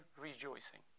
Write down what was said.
rejoicing